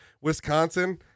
Wisconsin